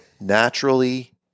naturally